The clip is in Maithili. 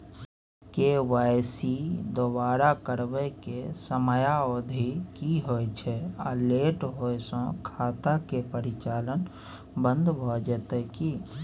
के.वाई.सी दोबारा करबै के समयावधि की होय छै आ लेट होय स खाता के परिचालन बन्द भ जेतै की?